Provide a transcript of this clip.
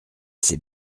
c’est